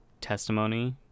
testimony